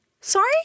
Sorry